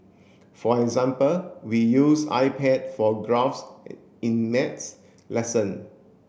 for example we use iPad for graphs in maths lesson